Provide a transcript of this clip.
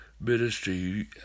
ministry